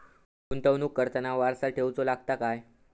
गुंतवणूक करताना वारसा ठेवचो लागता काय?